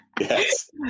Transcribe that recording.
Yes